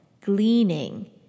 gleaning